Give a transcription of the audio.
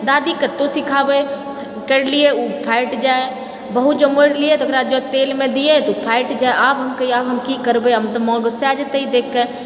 दादी कतबो सीखाबै करि लियै ओ फाटि जाए बहुत जे मोरि लियै तऽ ओकरा जँ तेलमे दिऐ तऽ फाटि जाए आब हम कहियै आब हम की करबै माँ गुस्साए जेतै ई देखिके